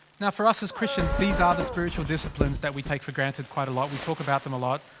now for us as christians these are the spiritual. disciplines that we take for granted quite a lot, we talk about them a lot.